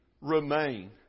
remain